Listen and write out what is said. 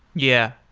yeah.